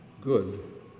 good